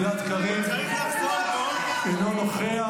חבר הכנסת גלעד קריב, אינו נוכח.